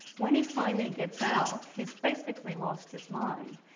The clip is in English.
when he finally gets out, he's basically lost his mind.